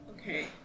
okay